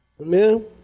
Amen